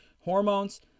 Hormones